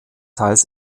teils